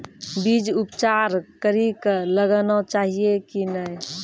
बीज उपचार कड़ी कऽ लगाना चाहिए कि नैय?